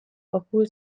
obwohl